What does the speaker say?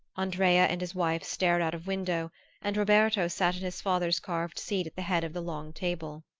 andrea and his wife stared out of window and roberto sat in his father's carved seat at the head of the long table.